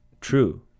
true